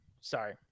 Sorry